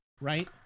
right